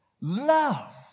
Love